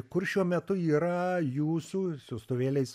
kur šiuo metu yra jūsų siųstuvėliais